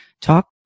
talk